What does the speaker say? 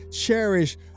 cherish